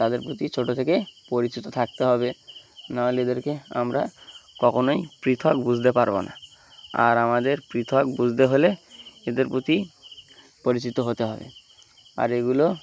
তাদের প্রতি ছোটো থেকে পরিচিত থাকতে হবে নাহলে এদেরকে আমরা কখনোই পৃথক বুঝতে পারবো না আর আমাদের পৃথক বুঝতে হলে এদের প্রতি পরিচিত হতে হবে আর এগুলো